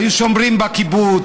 היו שומרים בקיבוץ,